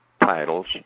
titles